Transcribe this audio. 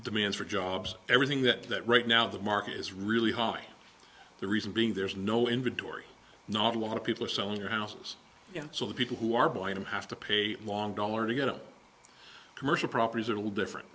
demands for jobs everything that that right now the market is really high the reason being there's no inventory not a lot of people are selling their houses so the people who are buying them have to pay a long dollar to get a commercial properties are all different